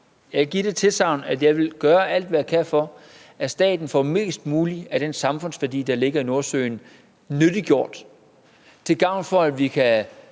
Jeg kan give det tilsagn, at jeg vil gøre alt, hvad jeg kan, for, at staten får mest muligt af den samfundsværdi, der ligger i Nordsøen, nyttiggjort, så vi kan